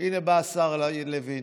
הינה בא השר לוין.